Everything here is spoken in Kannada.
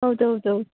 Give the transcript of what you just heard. ಹೌದು ಹೌದೌದು